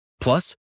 Plus